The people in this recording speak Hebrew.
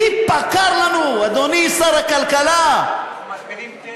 טיפה קר לנו, אדוני, שר הכלכלה, אנחנו מזמינים תה.